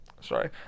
Sorry